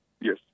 Yes